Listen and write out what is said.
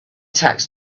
tax